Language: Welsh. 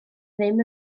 ddim